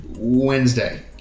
Wednesday